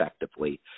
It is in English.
effectively